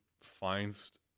finds